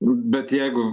bet jeigu